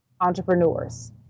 entrepreneurs